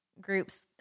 groups